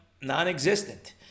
non-existent